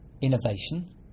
innovation